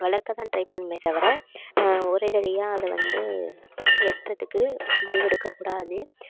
வளர்க்கதான் try பண்ணணுமே தவிர ஒரேதரயா அதை வந்து வெட்டுறதுக்கு முடிவெடுக்கக் கூடாது